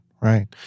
right